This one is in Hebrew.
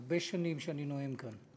הרבה שנים אני נואם כאן.